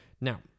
Now